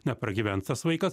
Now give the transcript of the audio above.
nepragyvens tas vaikas